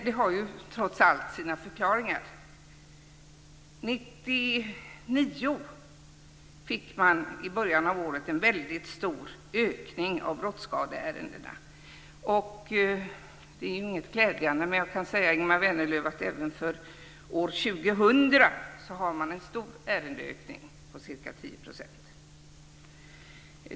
Det har trots allt sina förklaringar. I början av år 1999 fick man en väldigt stor ökning av antalet brottsskadeärenden. Det är inget glädjande. Jag kan säga Ingemar Vänerlöv att även för år 2000 har man stor ärendeökning på ca 10 %.